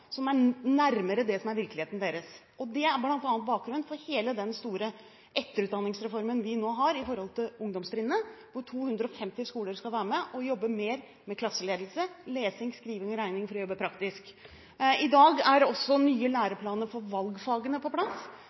som er nærmere det som er virkeligheten deres. Det er bl.a. bakgrunnen for hele den store etterutdanningsreformen vi nå har med hensyn til ungdomstrinnet, hvor 250 skoler skal være med og jobbe mer med klasseledelse, lesing, skriving og regning for å jobbe praktisk. I dag er også nye læreplaner for valgfagene på plass